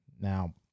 Now